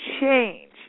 change